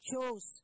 chose